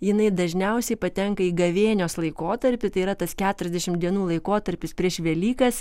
jinai dažniausiai patenka į gavėnios laikotarpį tai yra tas keturiasdešim dienų laikotarpis prieš velykas